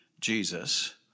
Jesus